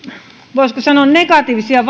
voisiko sanoa negatiivisia